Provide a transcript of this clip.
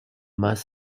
must